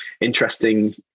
interesting